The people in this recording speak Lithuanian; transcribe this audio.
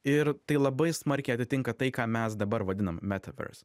ir tai labai smarkiai atitinka tai ką mes dabar vadinam metavers